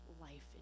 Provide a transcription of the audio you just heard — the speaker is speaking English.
life